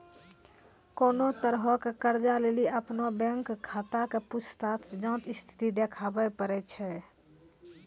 कोनो तरहो के कर्जा लेली अपनो बैंक खाता के पूछताछ जांच स्थिति देखाबै पड़ै छै